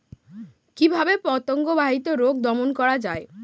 কিভাবে পতঙ্গ বাহিত রোগ দমন করা যায়?